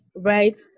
right